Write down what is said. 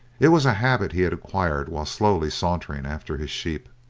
it was a habit he had acquired while slowly sauntering after his sheep.